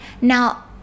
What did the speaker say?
Now